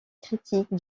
critique